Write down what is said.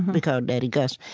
we called daddy gus.